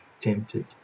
tempted